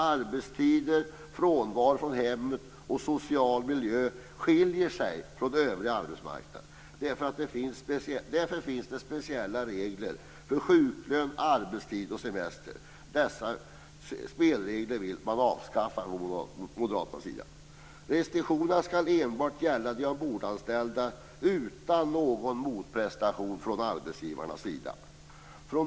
Arbetstider, frånvaro från hemmet och social miljö gör att det skiljer sig från den övriga arbetsmarknaden. Därför finns det speciella regler för sjuklön, arbetstid och semester. Dessa spelregler vill moderaterna avskaffa. Restriktionerna skall enbart gälla de ombordanställda utan någon motprestation från arbetsgivarnas sida.